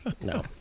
No